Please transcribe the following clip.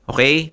Okay